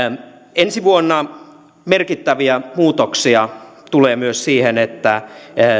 ensi vuonna merkittäviä muutoksia tulee myös siihen että